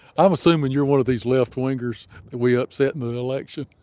i'm assuming you're one of these left-wingers that we upset in the election.